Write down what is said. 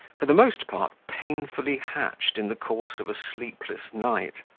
for the most part painfully hatched in the course of a sleepless night.